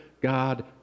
God